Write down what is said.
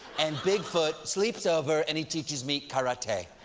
and bigfoot sleeps over and he teaches me karate.